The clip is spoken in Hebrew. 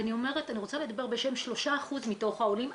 אני רוצה לדבר בשם 3% מתוך העולים,